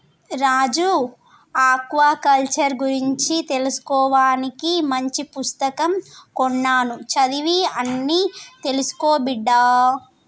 రాజు aquaculture గురించి తెలుసుకోవానికి మంచి పుస్తకం కొన్నాను చదివి అన్ని తెలుసుకో బిడ్డా